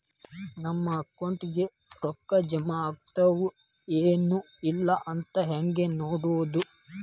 ನಮ್ಮ ಅಕೌಂಟಿಗೆ ರೊಕ್ಕ ಜಮಾ ಆಗ್ಯಾವ ಏನ್ ಇಲ್ಲ ಅಂತ ಹೆಂಗ್ ನೋಡೋದು?